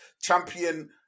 Champion